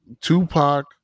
Tupac